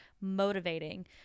motivating